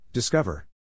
Discover